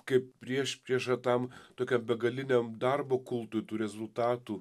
kaip priešprieša tam tokiam begaliniam darbo kultui tų rezultatų